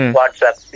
WhatsApp